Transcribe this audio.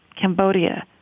Cambodia